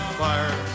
fire